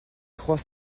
croire